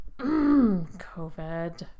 COVID